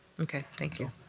okay, thank you.